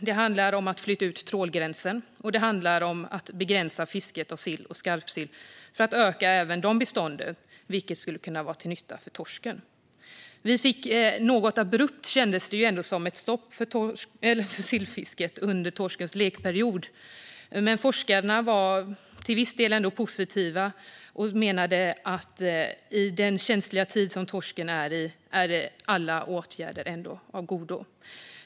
Det handlar om att flytta ut trålgränsen, och det handlar om att begränsa fisket av sill och skarpsill för att öka även de bestånden, vilket skulle vara till nytta för torsken. Det blev något abrupt för sillfisket under torskens lekperiod, men forskarna var ändå till viss del positiva och menade att i den känsliga tid som torsken befinner sig i är alla åtgärder av godo.